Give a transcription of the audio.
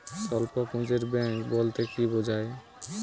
স্বল্প পুঁজির ব্যাঙ্ক বলতে কি বোঝায়?